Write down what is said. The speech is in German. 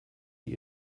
die